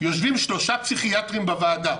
יושבים שלושה פסיכיאטרים בוועדה,